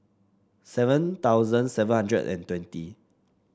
seven thousand seven hundred and twenty